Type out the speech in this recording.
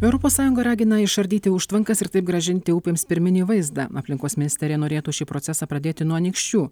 europos sąjunga ragina išardyti užtvankas ir taip grąžinti upėms pirminį vaizdą aplinkos ministerija norėtų šį procesą pradėti nuo anykščių